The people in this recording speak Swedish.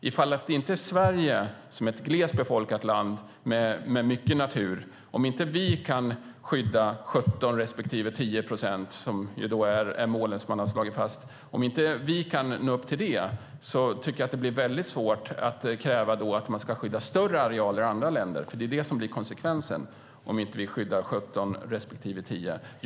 Om inte Sverige som är ett glest befolkat land med mycket natur kan skydda 17 procent respektive 10 procent som är de mål man har slagit fast tycker jag nämligen att det blir väldigt svårt att kräva att andra länder ska skydda större arealer. Det är ju det som blir konsekvensen om vi inte skyddar 17 procent respektive 10 procent.